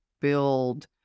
build